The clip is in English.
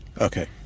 Okay